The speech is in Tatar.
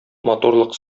матурлык